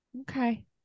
Okay